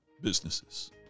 businesses